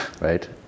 right